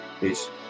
Peace